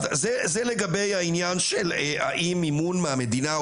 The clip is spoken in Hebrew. זה לגבי העניין של האי מימון מהמדינה,